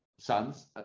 sons